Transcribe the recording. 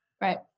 Right